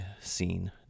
scene